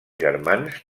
germans